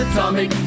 Atomic